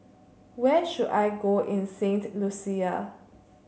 where should I go in Saint Lucia